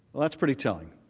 that's pretty telling.